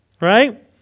right